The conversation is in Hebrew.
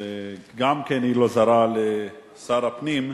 והיא גם כן לא זרה לשר הפנים,